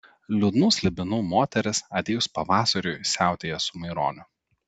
liūdnų slibinų moteris atėjus pavasariui siautėja su maironiu